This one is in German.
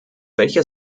welcher